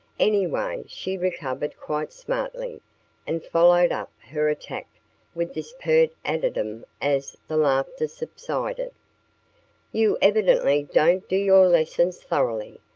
anyway, she recovered quite smartly and followed up her attack with this pert addendum as the laughter subsided you evidently don't do your lessons thorough ly.